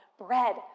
bread